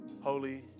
holy